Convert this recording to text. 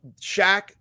Shaq